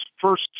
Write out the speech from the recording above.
first